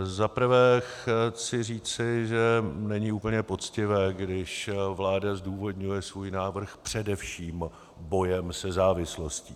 Za prvé chci říci, že není úplně poctivé, když vláda zdůvodňuje svůj návrh především bojem se závislostí.